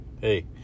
Hey